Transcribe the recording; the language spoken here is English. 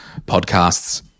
podcasts